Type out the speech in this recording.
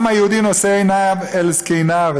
העם היהודי נושא עיניו אל זקניו,